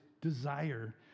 desire